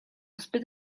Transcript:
zbyt